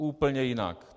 Úplně jinak.